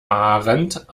ahrendt